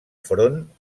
front